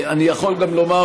אני יכול גם לומר,